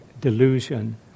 delusion